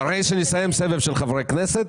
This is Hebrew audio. אחרי שנסיים את הסבב של חברי הכנסת.